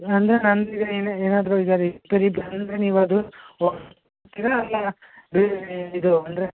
ಅಂದರೆ ನಂದು ಈಗ ಏನಾದ್ರೂ ಈಗ ರಿಪೇರಿ ಬಂದರೆ ನೀವು ಅದು ಇಲ್ಲ ಇದು ಅಂದರೆ